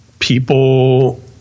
people